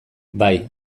bai